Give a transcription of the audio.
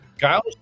Kyle